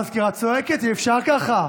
המזכירה צועקת, אי-אפשר ככה.